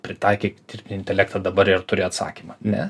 pritaikyk dirbtinį intelektą dabar ir turi atsakymą ne